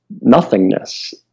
nothingness